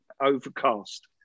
overcast